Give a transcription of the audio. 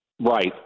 Right